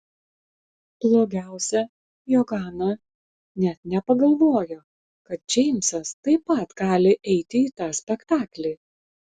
blogiausia jog ana net nepagalvojo kad džeimsas taip pat gali eiti į tą spektaklį